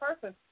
person